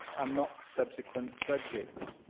and not subsequent budgets.